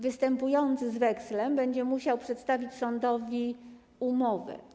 Występujący z wekslem będzie musiał przedstawić sądowi umowę.